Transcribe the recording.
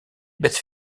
bêtes